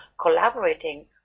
collaborating